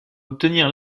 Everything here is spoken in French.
obtenir